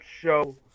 show